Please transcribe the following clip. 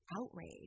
outrage